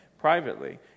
Privately